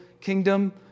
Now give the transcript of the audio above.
kingdom